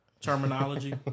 terminology